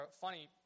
funny